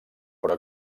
però